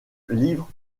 livres